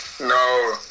No